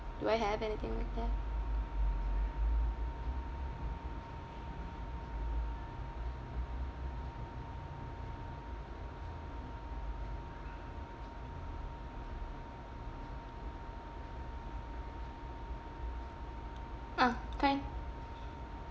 do I have anything like that ah kind